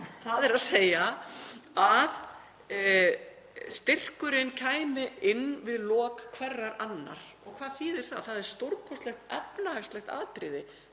að segjast, þ.e. að styrkurinn kæmi inn við lok hverrar annar. Og hvað þýðir það? Það er stórkostlegt efnahagslegt atriði